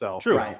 True